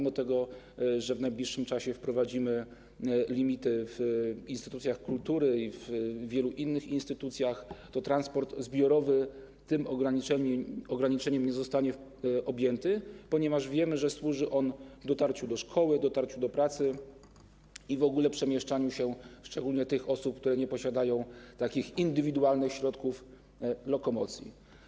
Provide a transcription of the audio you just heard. Mimo tego, że w najbliższym czasie wprowadzimy limity w instytucjach kultury i w wielu innych instytucjach, to transport zbiorowy tym ograniczeniem nie zostanie objęty, ponieważ wiemy, że służy on dotarciu do szkoły, do pracy i w ogóle przemieszczaniu się szczególnie tych osób, które nie posiadają takich indywidualnych środków lokomocji.